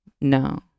no